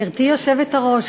גברתי היושבת-הראש,